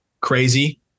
Crazy